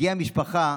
הגיעה משפחה